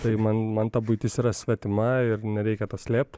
tai man man ta buitis yra svetima ir nereikia to slėpt